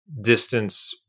distance